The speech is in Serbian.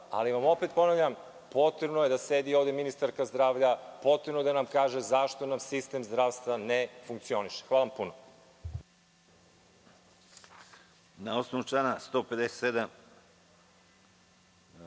Ali vam opet ponavljam, potrebno je da sedi ovde ministarka zdravlja, potrebno je da kaže zašto nam sistem zdravstva ne funkcioniše. Hvala puno.